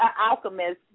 alchemist